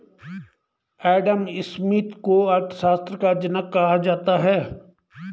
Adam Smith को अर्थशास्त्र का जनक कहा जाता है